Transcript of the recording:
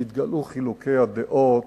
נתגלעו חילוקי הדעות,